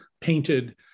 painted